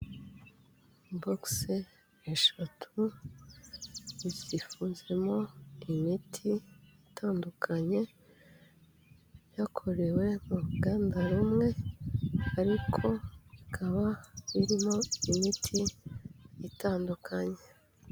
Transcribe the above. Box eshatu zifunzwemo imiti itandukanye, byakorewe uru ruganda rumwe ariko bikaba birimo imiti itandukanye.